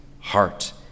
heart